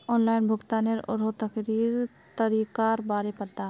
online भुग्तानेर आरोह तरीकार बारे बता